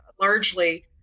largely